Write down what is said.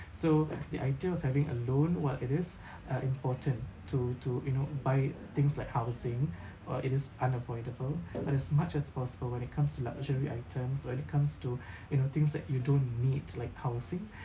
so the idea of having a loan while it is uh important to to you know buy things like housing or it is unavoidable but as much as possible when it comes to luxury items when it comes to you know things that you don't needs like housing